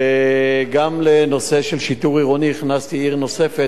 גם לנושא של שיטור עירוני הכנסתי עיר נוספת,